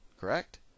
correct